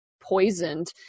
poisoned